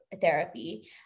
therapy